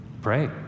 Pray